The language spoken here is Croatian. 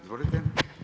Izvolite.